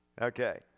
Okay